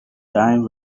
time